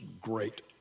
great